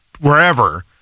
wherever